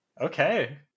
Okay